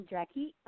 Jackie